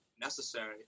necessary